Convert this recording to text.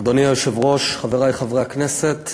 אדוני היושב-ראש, חברי חברי הכנסת,